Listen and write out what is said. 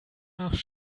nach